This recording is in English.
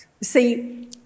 See